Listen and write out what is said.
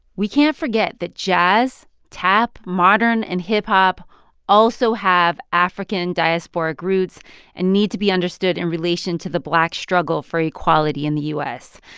we can't forget that jazz, tap, modern and hip-hop also have african diasporic roots and need to be understood in relation to the black struggle for equality in the u s.